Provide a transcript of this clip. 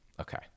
Okay